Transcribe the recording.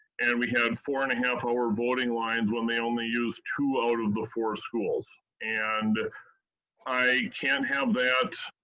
and we had four and a half hour voting lines when they when they used two out of the four schools. and i can't have that,